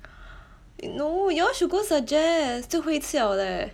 no y'all should go suggest 最后一次了 leh